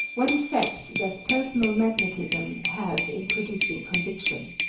what effect does personal magnetism have in producing conviction?